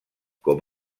com